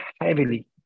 heavily